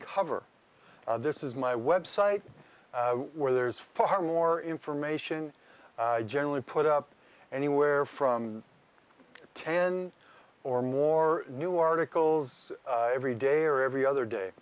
cover this is my website where there's far more information generally put up anywhere from ten or more new articles every day or every other day